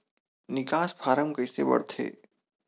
निकास फारम कइसे भरथे?